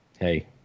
Hey